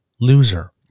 Loser